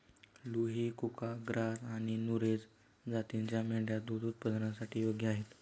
लुही, कुका, ग्राझ आणि नुरेझ जातींच्या मेंढ्या दूध उत्पादनासाठी योग्य आहेत